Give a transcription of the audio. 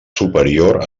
superior